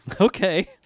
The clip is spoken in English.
Okay